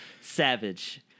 Savage